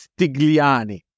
Stigliani